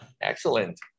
Excellent